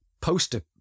poster